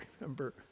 remember